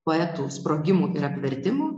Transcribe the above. poetų sprogimų ir apvertimų